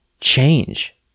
change